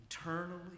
eternally